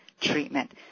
treatment